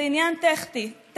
זה עניין טכני,